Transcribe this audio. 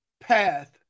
path